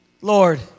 Lord